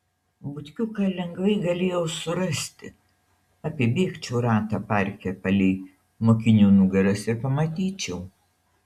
butkiuką lengvai galėjau surasti apibėgčiau ratą parke palei mokinių nugaras ir pamatyčiau